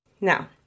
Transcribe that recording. Now